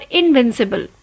invincible।